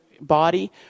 body